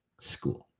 School